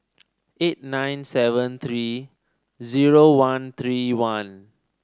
eight nine seven three zero one three one